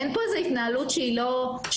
אין פה איזה התנהלות שהיא לא תקינה,